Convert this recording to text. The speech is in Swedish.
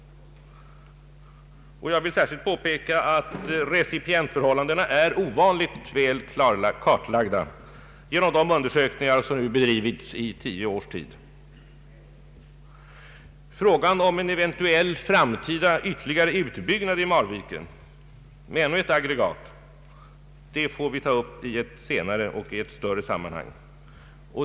Jag vill särskilt påpeka att recipientförhållandena är ovanligt väl kartlagda. De undersökningar som bedrivits i tio års tid angående frågan om en eventuell ytterligare utbyggnad av Marviken i framtiden med ännu ett aggregat får vi ta upp i ett senare och ett större sammanhang.